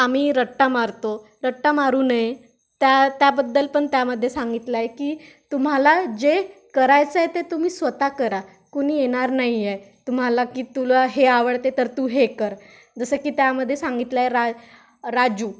आम्ही रट्टा मारतो रट्टा मारू नये त्या त्याबद्दल पण त्यामध्ये सांगितलं आहे की तुम्हाला जे करायचं आहे ते तुम्ही स्वतः करा कोणी येणार नाही आहे तुम्हाला की तुला हे आवडते तर तू हे कर जसं की त्यामध्ये सांगितलं आहे रा राजू